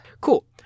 Cool